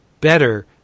better